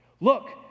Look